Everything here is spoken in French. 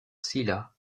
sylla